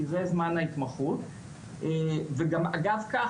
כי זה זמן ההתמחות וגם אגב כך,